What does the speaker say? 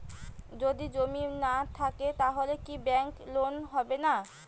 যদি জমি না থাকে তাহলে কি ব্যাংক লোন হবে না?